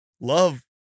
love